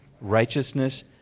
righteousness